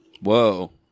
Whoa